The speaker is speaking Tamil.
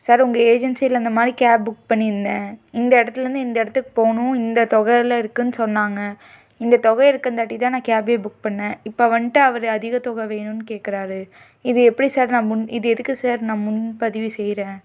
சார் உங்கள் ஏஜென்சியில் இந்த மாதிரி கேப் புக் பண்ணியிருந்தேன் இந்த இடத்துலேருந்து இந்த இடத்துக்கு போகணும் இந்த தொகையில் இருக்குதுன்னு சொன்னாங்க இந்த தொகை இருக்கங்காட்டி தான் நான் கேப்பே புக் பண்ணிணேன் இப்போது வந்துட்டு அவர் அதிக தொகை வேணுன்னு கேட்குறாரு இது எப்படி சார் நான் முன் இது எதுக்கு சார் நான் முன் பதிவு செய்கிறேன்